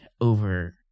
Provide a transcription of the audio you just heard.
over